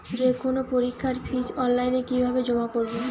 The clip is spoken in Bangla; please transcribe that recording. যে কোনো পরীক্ষার ফিস অনলাইনে কিভাবে জমা করব?